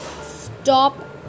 Stop